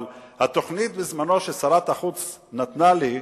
אבל התוכנית ששרת החוץ דאז נתנה לי,